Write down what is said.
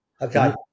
Okay